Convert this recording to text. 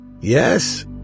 Yes